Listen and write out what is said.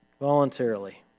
voluntarily